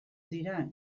dira